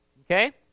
Okay